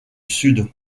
sud